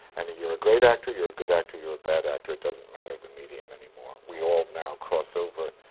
and you're a great actor, you're a good actor, you're a bad actor, it doesn't matter the medium any more. we all now cross over.